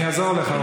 אני אעזור לך.